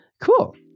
cool